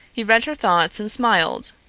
he read her thoughts and smiled,